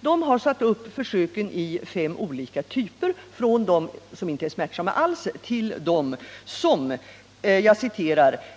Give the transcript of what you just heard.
Den har delat upp försöken i fem olika typer, från sådana som inte är smärtsamma till sådana som